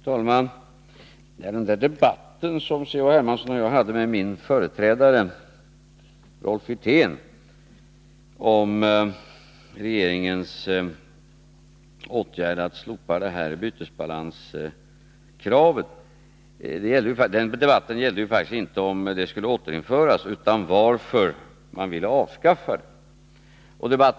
Fru talman! Den debatt som C.-H. Hermansson och jag hade med min företrädare Rolf Wirtén om regeringens åtgärd att slopa bytesbalanskravet gällde faktiskt inte om det skulle återinföras utan varför man ville avskaffa det. C.-H.